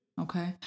Okay